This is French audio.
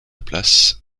place